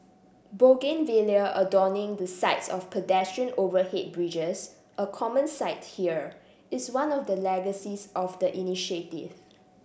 bougainvillea adorning the sides of pedestrian overhead bridges a common sight here is one of the legacies of the initiative